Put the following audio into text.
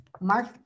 Mark